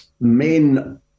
main